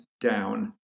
down